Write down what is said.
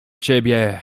ciebie